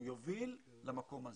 שהוא יוביל למקום הזה.